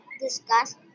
discuss